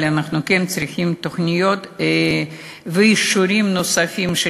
אבל אנחנו כן צריכים תוכניות ואישורים נוספים של